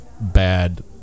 bad